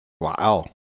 Wow